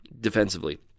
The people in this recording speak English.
defensively